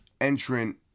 entrant